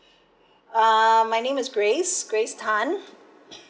uh my name is grace grace tan